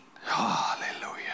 Hallelujah